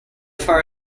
far